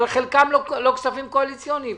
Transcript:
אבל חלקם לא כספים קואליציוניים.